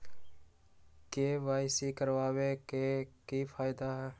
KYC करवाबे के कि फायदा है?